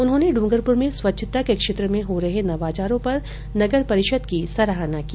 उन्होंने डूंगरपुर में स्वच्छता के क्षेत्र में हो रहे नवाचारों पर नगर परिषद की सराहना की